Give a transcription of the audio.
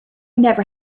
never